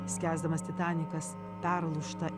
skęsdamas titanikas perlūžta